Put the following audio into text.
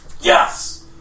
Yes